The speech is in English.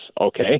okay